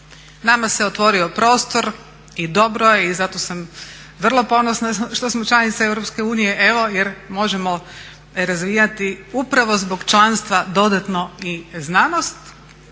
Nama se otvorio prostor i dobro je i zato sam vrlo ponosna što smo članica EU, evo jer možemo razvijati upravo zbog članstva dodatno i znanost.